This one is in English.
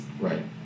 Right